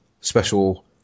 special